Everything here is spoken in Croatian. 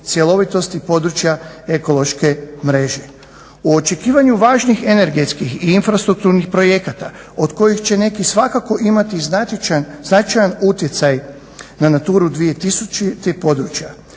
cjelovitosti područja ekološke mreže. U očekivanju važnih energetskih i infrastrukturnih projekata od kojih će neki svakako imati značajan utjecaj na NATURA 2000 tih područja.